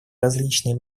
различные